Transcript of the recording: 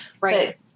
Right